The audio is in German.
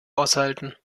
aushalten